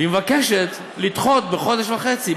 והיא מבקשת לדחות בחודש וחצי.